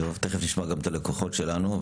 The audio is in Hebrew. תיכף נשמע גם את הלקוחות שלנו,